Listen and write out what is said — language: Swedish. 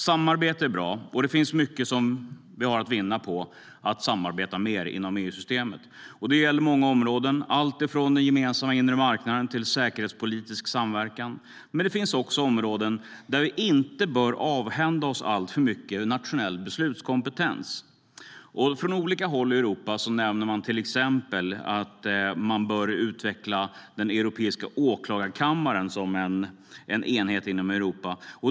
Samarbete är bra, och vi har mycket att vinna på att samarbeta mer inom EU-systemet. Det gäller många områden, alltifrån den gemensamma inre marknaden till säkerhetspolitisk samverkan. Men det finns också områden där vi inte bör avhända oss alltför mycket nationell beslutskompetens. Från olika håll i Europa nämns det till exempel att Europeiska åklagarmyndigheten bör utvecklas som en enhet inom EU.